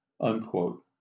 unquote